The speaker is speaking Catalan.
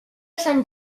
sant